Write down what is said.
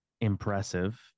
impressive